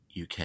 UK